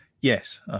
Yes